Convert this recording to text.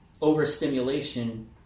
overstimulation